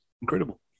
Incredible